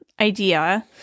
idea